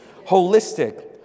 Holistic